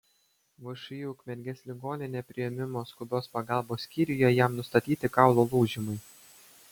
všį ukmergės ligoninė priėmimo skubios pagalbos skyriuje jam nustatyti kaulų lūžimai